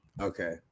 Okay